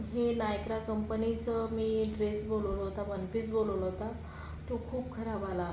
हे लायक्रा कंपनीचा मी ड्रेस मागवला होता वनपीस मागवला होता तो खूप खराब आला